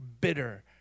bitter